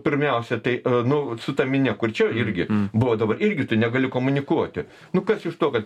pirmiausia tai nu su ta minia kur čia irgi buvo dabar irgi negali komunikuoti nu kas iš to kad